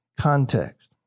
context